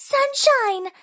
Sunshine